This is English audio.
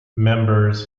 members